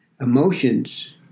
emotions